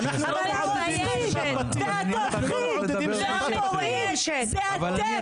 והטובחים והפורעים זה אתם.